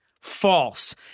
False